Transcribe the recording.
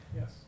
Yes